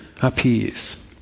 appears